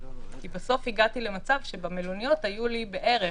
כי בסוף הגעתי למצב שבמלוניות היו לי בערך,